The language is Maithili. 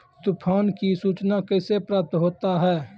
तुफान की सुचना कैसे प्राप्त होता हैं?